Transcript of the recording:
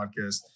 podcast